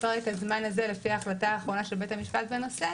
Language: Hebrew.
ופרק הזמן הזה לפי ההחלטה האחרונה של בית המשפט בנושא